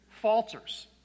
falters